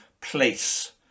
place